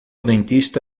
dentista